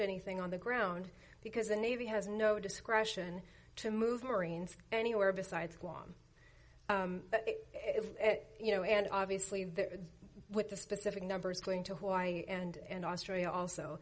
anything on the ground because the navy has no discretion to move marines anywhere besides guam you know and obviously the with the specific numbers going to hawaii and australia also